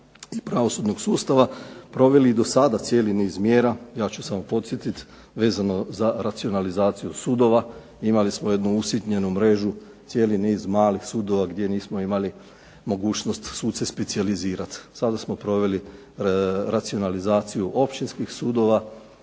i pravosudnog sustava proveli i do sada cijeli niz mjera. Ja ću samo podsjetiti, vezano za racionalizaciju sudova, imali smo jednu usitnjenu mrežu cijeli niz malih sudova gdje nismo imali mogućnost suce specijalizirati. Sada smo proveli racionalizaciju općinskih sudova,